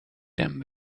them